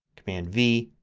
command v,